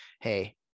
Hey